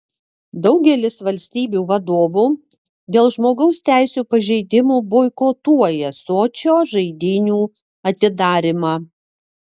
daugelis valstybių vadovų dėl žmogaus teisių pažeidimų boikotuoja sočio žaidynių atidarymą